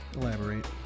elaborate